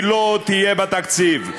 היא לא תהיה בתקציב.